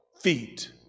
feet